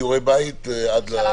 יש לכם